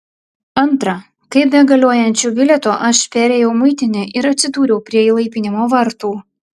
antra kaip be galiojančio bilieto aš perėjau muitinę ir atsidūriau prie įlaipinimo vartų